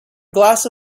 glass